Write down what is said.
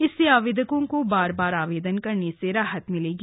इससे आवेदकों को बार बार आवेदन करने से राहत मिलेगी